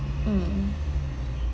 mm